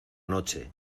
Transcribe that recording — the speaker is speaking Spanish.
noche